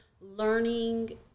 learning